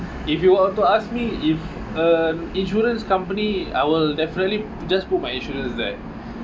if you were to ask me if uh insurance company I will definitely just put my insurance there